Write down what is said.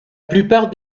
plupart